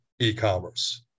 e-commerce